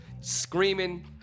screaming